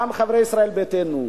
וגם חברי ישראל ביתנו: